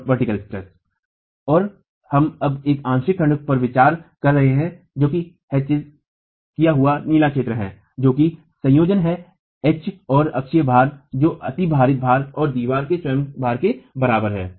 और हम अब एक आंशिक खंड पर विचार कर रहे हैं जो कि हैच किया हुआ नीला क्षेत्र है जो कि संयोजन है H एच और अक्षीय भार का जो अति भारित भार और दीवार के स्वयं भार के बराबर है